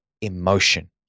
emotion